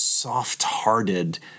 soft-hearted